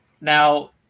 Now